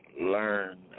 learn